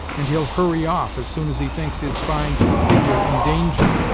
and he'll hurry off, as soon as he thinks his fine figure in danger.